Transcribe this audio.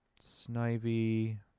Snivy